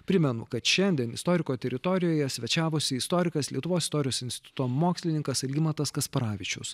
primenu kad šiandien istoriko teritorijoje svečiavosi istorikas lietuvos istorijos instituto mokslininkas algimantas kasparavičius